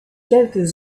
quelques